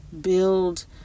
build